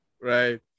Right